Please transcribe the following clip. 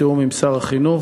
בתיאום עם שר החינוך.